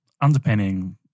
underpinning